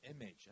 image